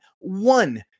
one